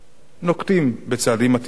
נוקטים צעדים מתאימים,